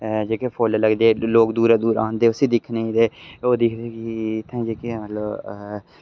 जेह्के फुल्ल लगदे लोक दूरा दूरा आंदे उस्सी दिखने ते ओह् दिखदे कि जेह्के इत्थैं मतलव